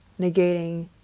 negating